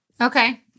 Okay